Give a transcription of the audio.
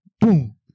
boom